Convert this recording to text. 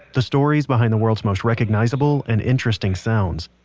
the stories behind the world's most recognizable and interesting sounds.